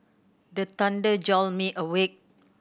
the thunder jolt me awake